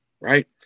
Right